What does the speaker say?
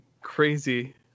crazy